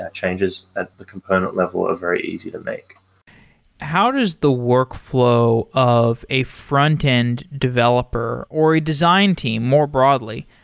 ah changes and the component level are very easy to make how does the workflow of a front-end developer, or a design team more broadly,